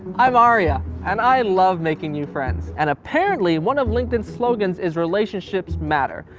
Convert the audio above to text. um aria and i love making new friends, and apparently, one of linkedin's slogans is relationships matter.